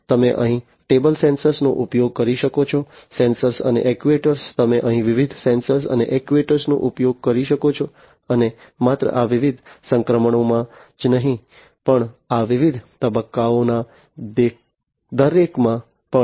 તમે અહીં ટેબલ સેન્સરનો ઉપયોગ કરી શકો છો સેન્સર્સ અને એક્ટ્યુએટર્સ તમે અહીં વિવિધ સેન્સર અને એક્ટ્યુએટર નો ઉપયોગ કરી શકો છો અને માત્ર આ વિવિધ સંક્રમણોમાં જ નહીં પણ આ વિવિધ તબક્કાઓમાંના દરેકમાં પણ